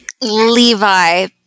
Levi